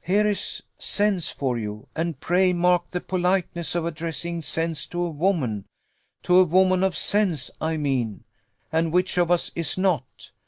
here is sense for you and pray mark the politeness of addressing sense to a woman to a woman of sense, i mean and which of us is not?